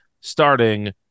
starting